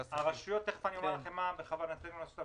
תיכף אומר לכם מה בכוונתנו לעשות,